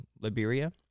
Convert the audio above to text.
Liberia